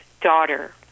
daughter